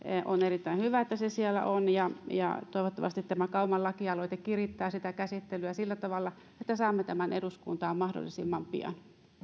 on erittäin hyvä että se siellä on ja ja toivottavasti tämä kauman lakialoite kirittää sitä käsittelyä sillä tavalla että saamme tämän eduskuntaan mahdollisimman pian